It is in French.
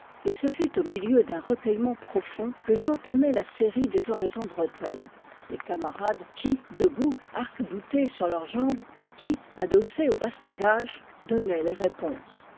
sorti ce fut au milieu d'un recueillement profond que j'entamai la série des oraisons bretonnes les camarades qui debout arcboutés sur leurs jambes qui adossés aux bastingages donnaient les répons